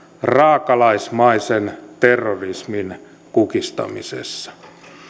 raakalaismaisen terrorismin kukistamisessa